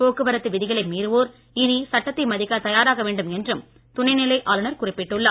போக்குவரத்து விதிகளை மீறுவோர் இனி சட்டத்தை மதிக்க தயாராக வேண்டும் என்றும் துணை நிலை ஆளுநர் குறிப்பிட்டுள்ளார்